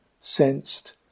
sensed